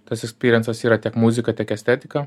tas ekspyrensas yra tiek muzika tiek estetika